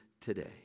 today